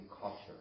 culture